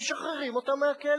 משחררים אותם מהכלא.